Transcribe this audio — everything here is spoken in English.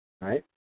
Right